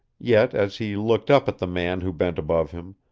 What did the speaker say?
yet, as he looked up at the man who bent above him,